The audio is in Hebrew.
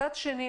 מצד שני,